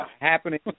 happening